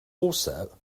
also